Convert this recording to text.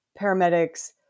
paramedics